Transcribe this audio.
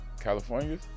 California